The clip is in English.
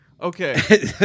Okay